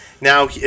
Now